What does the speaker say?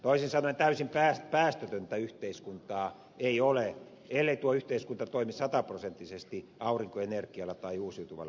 toisin sanoen täysin päästötöntä yhteiskuntaa ei ole ellei tuo yhteiskunta toimi sataprosenttisesti aurinkoenergialla tai uusiutuvalla energialla